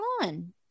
on